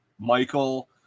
Michael